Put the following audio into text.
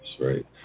right